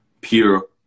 pure